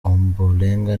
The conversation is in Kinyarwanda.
ombolenga